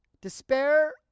Despair